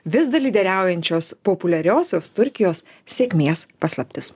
vis dar lyderiaujančios populiariosios turkijos sėkmės paslaptis